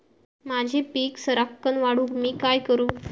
माझी पीक सराक्कन वाढूक मी काय करू?